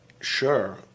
sure